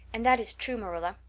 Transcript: and that is true, marilla.